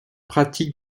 pratique